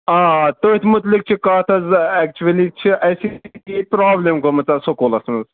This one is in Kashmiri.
آ آ تٔتھۍ مُتٔعلِق چھِ کَتھ حظ ایٚکچوٗلی چھِ اَسہِ یہِ پرٛابلِم گٲمٕژ سکوٗلَس منٛز